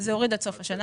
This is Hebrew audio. זה יוריד עד סוף השנה,